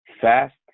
fast